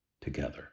together